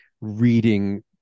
reading